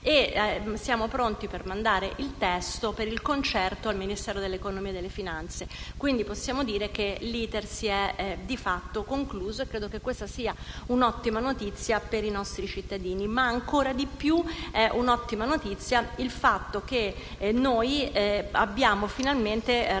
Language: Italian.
e siamo pronti a mandare il testo per il concerto al Ministero dell'economia e delle finanze. Quindi possiamo dire che l'*iter* si è di fatto concluso e credo che questa sia un'ottima notizia per i nostri cittadini. Ma ancora di più è un'ottima notizia il fatto che abbiamo finalmente reso